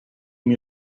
mio